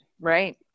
Right